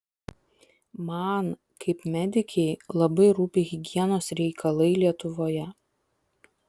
man kaip medikei labai rūpi higienos reikalai lietuvoje